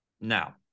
Now